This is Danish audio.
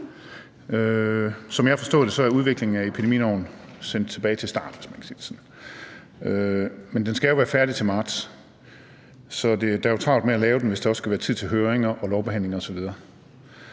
Som jeg har forstået det, er udformningen af epidemiloven sendt tilbage til start, hvis man kan sige det sådan, men den skal jo være færdig til marts, så man har jo travlt med at lave den, hvis der også skal være tid til høringer, lovbehandling osv.